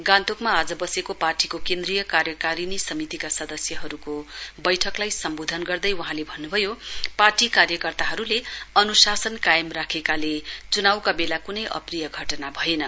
गान्तोकमा आज बसेको पार्टीको केन्द्रीय कार्यकारिणी समितिका सदस्यहरूको बैठकलाई सम्बोधन गर्दै वहाँले भन्नुभयो पार्टी कार्यकर्ताहरूले अनुशासन कायम राखेकाले चुनाउका बेला कुनै अप्रिय घटना भएन